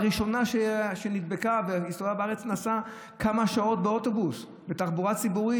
הראשונה שנדבקה והסתובבה בארץ נסעה כמה שעות באוטובוס בתחבורה ציבורית.